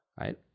right